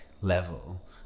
level